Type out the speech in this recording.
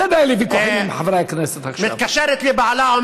הסיפור אומר ככה: גברת אחת מתקשרת לבעלה שחוזר